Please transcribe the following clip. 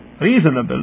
reasonable